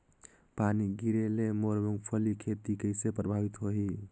पानी गिरे ले मोर मुंगफली खेती कइसे प्रभावित होही?